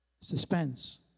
Suspense